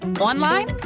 online